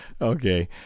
Okay